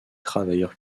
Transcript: travailleurs